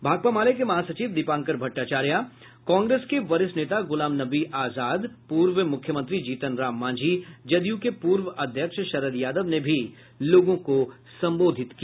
भाकपा माले के महासचिव दीपांकर भट्टाचार्य कांग्रेस के वरिष्ठ नेता गुलाम नबी आजाद पूर्व मुख्यमंत्री जीतन राम मांझी जदयू के पूर्व अध्यक्ष शरद यादव ने भी लोगों को संबोधित किया